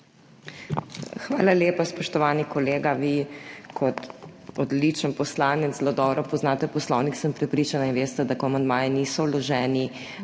Hvala lepa, spoštovani kolega. Vi kot odličen poslanec zelo dobro poznate Poslovnik, sem prepričana, in veste, da ko amandmaji niso vloženi,